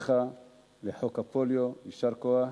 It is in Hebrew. ברכותיך על חוק הפוליו, יישר כוח,